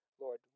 Lord